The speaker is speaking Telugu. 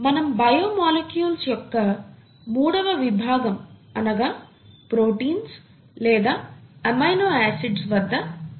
మనం బయో మాలిక్యూల్స్ యొక్క మూడవ విభాగం అనగా ప్రోటీన్స్ లేదా ఎమినో ఆసిడ్స్ వద్ద ఆగాము